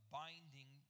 binding